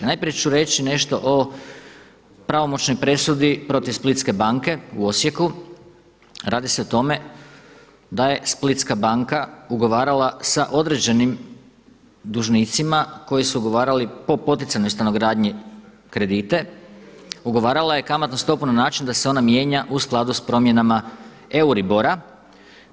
Najprije ću reći nešto o pravomoćnoj presudi protiv Splitske banke u Osijeku, radi se o tome da je Splitska banka ugovarala sa određenim dužnicima koji su ugovarali po poticajnoj stanogradnji kredite, ugovarala je kamatnu stopu na način da se ona mijenja u skladu s promjena EURIBOR-a.